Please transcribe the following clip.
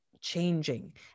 changing